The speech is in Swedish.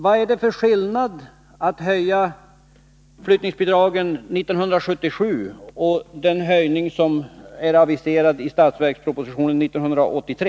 Vad är det för skillnad mellan den höjning av flyttningsbidragen som gjordes 1977 och den höjning som är aviserad i budgetpropositionen 1983?